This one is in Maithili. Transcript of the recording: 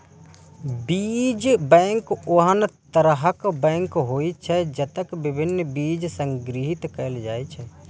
बीज बैंक ओहन तरहक बैंक होइ छै, जतय विभिन्न बीज कें संग्रहीत कैल जाइ छै